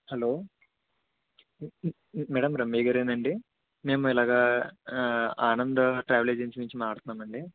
hello madam రమ్యగారేనా అండి మేము ఇలాగా ఆనంద ట్రావెల్ ఏజెన్సీ నుంచి మాట్లాడుతున్నామండి